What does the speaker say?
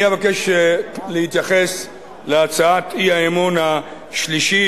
אני אבקש להתייחס להצעת האי-אמון השלישית: